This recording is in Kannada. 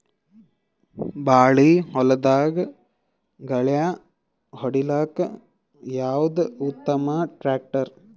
ಬಾಳಿ ಹೊಲದಾಗ ಗಳ್ಯಾ ಹೊಡಿಲಾಕ್ಕ ಯಾವದ ಉತ್ತಮ ಟ್ಯಾಕ್ಟರ್?